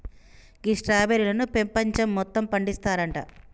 గీ స్ట్రాబెర్రీలను పెపంచం మొత్తం పండిస్తారంట